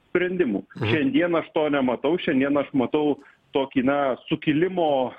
sprendimų šiandien aš to nematau šiandien aš matau tokį na sukilimo